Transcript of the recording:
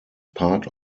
part